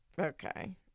okay